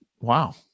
Wow